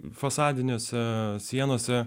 fasadinėse sienose